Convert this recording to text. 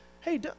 hey